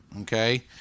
Okay